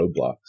roadblocks